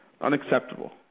unacceptable